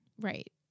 Right